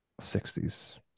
60s